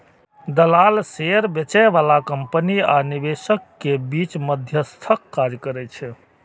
दलाल शेयर बेचय बला कंपनी आ निवेशक के बीच मध्यस्थक काज करै छै